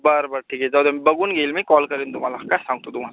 बरं बरं ठीक आहे जाऊ द्या मी बघून घेईल मी कॉल करीन तुम्हाला काय सांगतो तुम्हाला